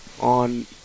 on